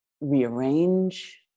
rearrange